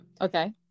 Okay